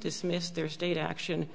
dismissed their state action